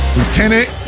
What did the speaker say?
Lieutenant